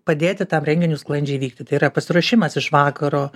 padėti tam renginiui sklandžiai vykti tai yra pasiruošimas iš vakaro